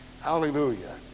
Hallelujah